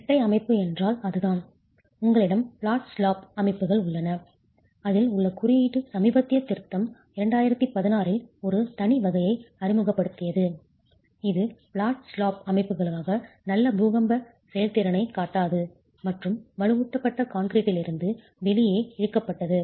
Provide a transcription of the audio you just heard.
இரட்டை அமைப்பு என்றால் அதுதான் உங்களிடம் பிளாட் ஸ்லாப் அமைப்புகள் உள்ளன அதில் உள்ள குறியீடு சமீபத்திய திருத்தம் 2016 இல் ஒரு தனி வகையை அறிமுகப்படுத்தியது இது பிளாட் ஸ்லாப் அமைப்புகளாக நல்ல பூகம்ப செயல்திறனைக் காட்டாது மற்றும் வலுவூட்டப்பட்ட கான்கிரீட்டிலிருந்து வெளியே இழுக்கப்பட்டது